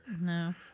No